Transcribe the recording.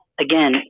again